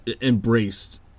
embraced